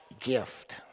gift